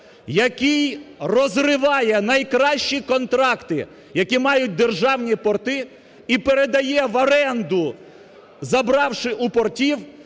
який розриває найкращі контракти, які мають державні порти і передає в оренду забравши у портів